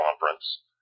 conference